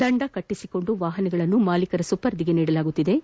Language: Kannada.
ದಂಡ ಕಟ್ಟಿಸಿಕೊಂಡು ವಾಪನಗಳನ್ನು ಮಾಲೀಕರ ಸುಪರ್ದಿಗೆ ನೀಡಲಾಗುತ್ತಿದ್ದು